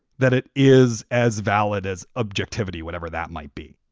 that it is as valid as objectivity, whatever that might be.